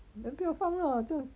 then 不要放啊就